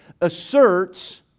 asserts